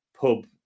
pub